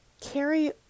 carry